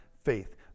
Faith